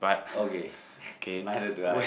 okay neither do I